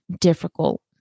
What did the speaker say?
difficult